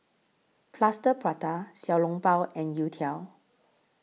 Plaster Prata Xiao Long Bao and Youtiao